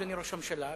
אדוני ראש הממשלה,